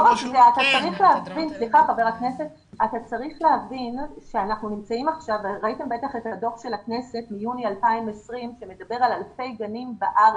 בטח ראיתם את הדוח של הכנסת מיוני 2020 שמדבר על אלפי גנים בארץ,